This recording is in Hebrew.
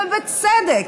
ובצדק.